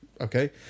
Okay